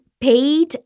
paid